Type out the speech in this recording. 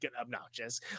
obnoxious